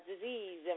disease